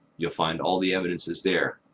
you'll find all the evidence is there.